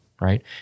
right